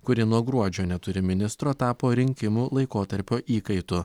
kuri nuo gruodžio neturi ministro tapo rinkimų laikotarpio įkaitu